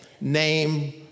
name